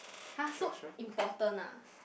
har so important ah